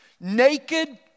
Naked